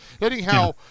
Anyhow